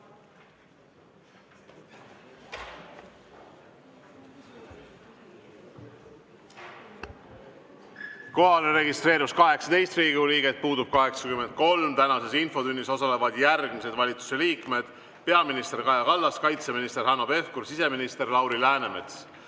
Kohalolijaks registreerus 18 Riigikogu liiget, puudub 83. Tänases infotunnis osalevad järgmised valitsusliikmed: peaminister Kaja Kallas, kaitseminister Hanno Pevkur ja siseminister Lauri Läänemets.